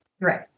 Right